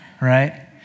right